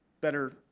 better